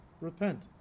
Repent